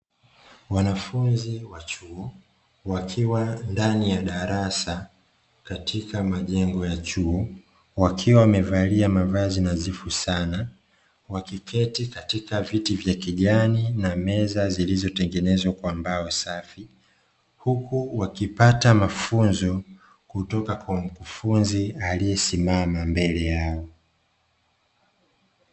Wanafunzi wa chuo wakiwa ndani ya darasa katika majengo ya chuo, wakiwa wamevalia mavazi nadhifu sana, wakiketi katika viti vya kijani na meza zilizotengenezwa kwa mbao safi. Huku wakipata mafunzo kutoka kwa mkufunzi aliyesimama mbele yao.